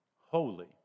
holy